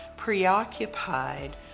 preoccupied